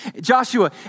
Joshua